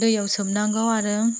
दैयाव सोमनांगौ आरो